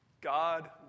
God